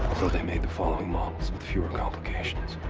so they made the following models with fewer complications.